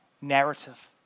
narrative